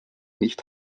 nicht